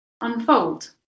unfold